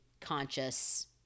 conscious